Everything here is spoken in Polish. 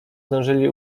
zdążyli